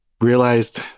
realized